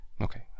Okay